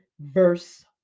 verse